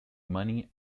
money